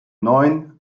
neun